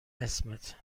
اسمت